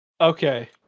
Okay